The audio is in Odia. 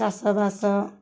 ଚାଷବାସ